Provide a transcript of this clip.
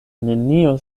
nenio